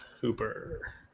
Hooper